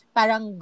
parang